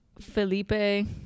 Felipe